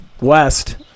west